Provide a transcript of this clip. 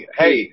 hey